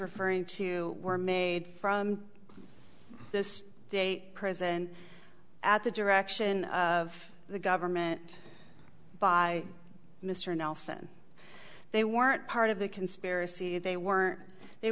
referring to were made from this day present at the direction of the government by mr nelson they weren't part of the conspiracy they were they